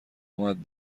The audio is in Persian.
اومد